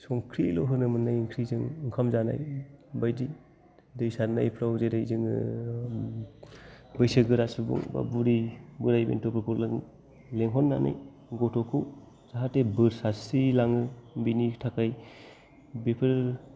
संख्रिल' होनो मोन्नाय ओंख्रिजों ओंखाम जानाय बायदि दै सारनायफ्राव जेरै जोङो बौसोगोरा सुबुं बा बुरै बोराय बेन्थ'फोरखौ जों लेंहरनानै गथ'खौ जाहाथे बोर सारस्रिलाङो बेनि थाखाय बेफोर